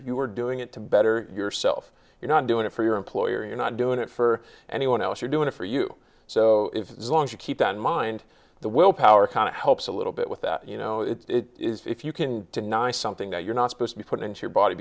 you're doing it to better yourself you're not doing it for your employer you're not doing it for anyone else you're doing it for you so long as you keep in mind the willpower kind of helps a little bit with that you know if you can deny something that you're not supposed to put into your body